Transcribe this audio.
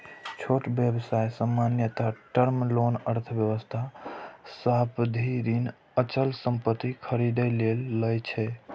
छोट व्यवसाय सामान्यतः टर्म लोन अथवा सावधि ऋण अचल संपत्ति खरीदै लेल लए छै